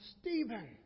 Stephen